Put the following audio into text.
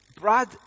Brad